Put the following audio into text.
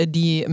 die